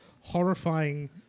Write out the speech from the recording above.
horrifying